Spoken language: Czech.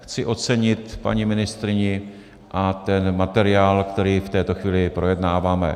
Chci ocenit paní ministryni a ten materiál, který v této chvíli projednáváme.